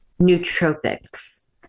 Nootropics